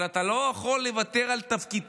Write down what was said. אבל אתה לא יכול לוותר על תפקידךָ,